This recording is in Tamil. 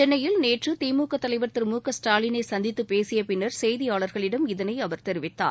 சென்னையில் நேற்று திமுக தலைவர் திரு மு க ஸ்டாலினை சந்தித்து பேசிய பின்னர் செய்தியாளர்களிடம் இதனை அவர் தெரிவித்தார்